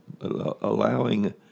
allowing